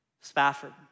Spafford